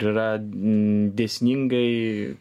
ir yra dėsningai